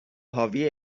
حاوی